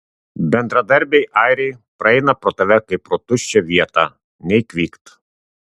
bendradarbiai airiai praeina pro tave kaip pro tuščią vietą nei kvykt